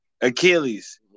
Achilles